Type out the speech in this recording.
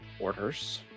orders